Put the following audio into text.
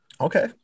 Okay